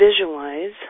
visualize